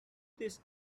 this